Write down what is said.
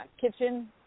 kitchen